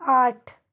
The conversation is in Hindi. आठ